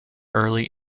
early